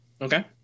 Okay